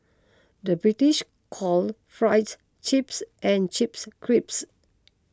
the British call Fries Chips and Chips Crisps